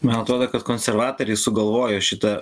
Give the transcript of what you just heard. man atrodo kad konservatoriai sugalvojo šitą